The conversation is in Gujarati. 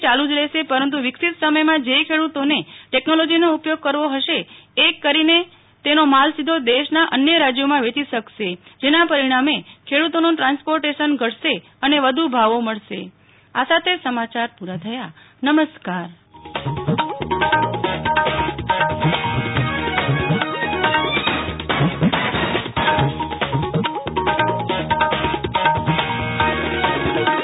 યાલુ રહેશેપરંતુ વિકસીત સમ્થમાં જે ખેડુતોને ટેકનોલોજીનો ઉપયોગ કરવો હશે એ કરીને માલી સીધો દેશના અન્ય રાજયોમાં વેચી શકશેજેના પરિણામે ખેડુતોનું ટ્રાન્સપોર્ટેશન ઘટશે અને વધુ ભાવો મળશે નેહ્લ ઠક્કર